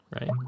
right